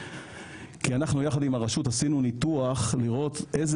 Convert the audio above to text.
כי אנחנו יחד עם הרשות עשינו ניתוח לראות איזה